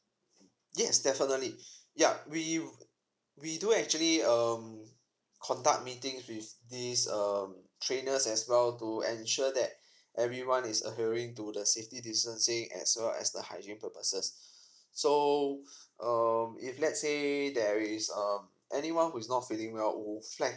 yes definitely yup we we do actually um conduct meetings with this um trainers as well to ensure that everyone is adhering to the safety distancing as well as the hygiene purposes so um if let's say there is um anyone who is not feeling well or flagged